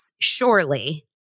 surely